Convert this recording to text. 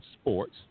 sports